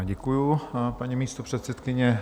Děkuji, paní místopředsedkyně.